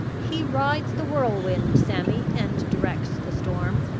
he rides the whirlwind, sammy, and directs the storm!